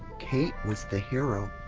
kate was the hero.